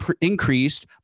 increased